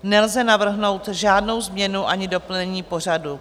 Nelze navrhnout žádnou změnu ani doplnění pořadu.